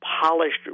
polished